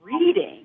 reading